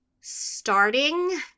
starting